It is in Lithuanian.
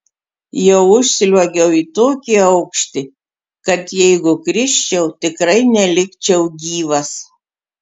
jau užsliuogiau į tokį aukštį kad jeigu krisčiau tikrai nelikčiau gyvas